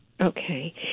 Okay